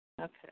Okay